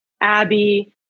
Abby